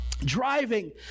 driving